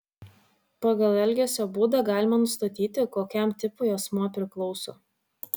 pagal elgesio būdą galima nustatyti kokiam tipui asmuo priklauso